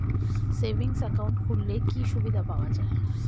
Savings account খুললে কি সুবিধা পাওয়া যায়?